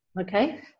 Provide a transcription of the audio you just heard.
okay